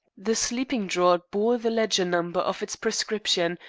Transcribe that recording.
the sleeping-draught bore the ledger number of its prescription,